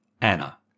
Anna